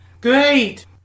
Great